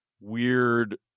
weird